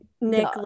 Nick